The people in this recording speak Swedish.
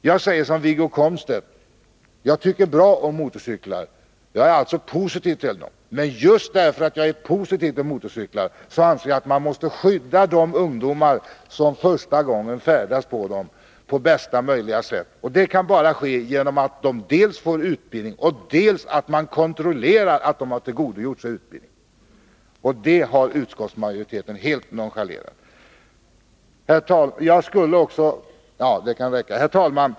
Jag säger som Wiggo Komstedt: Jag tycker bra om motorcyklar. Men just därför att jag är positiv till motorcyklar anser jag att vi på bästa möjliga sätt måste skydda de ungdomar som första gången färdas på dem. Det kan bara ske genom att vi dels ger dem utbildning, dels kontrollerar att de har tillgodogjort sig utbildningen. Detta har utskottsmajoriteten helt nonchalerat. Herr talman!